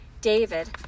David